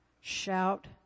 Shout